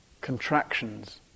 contractions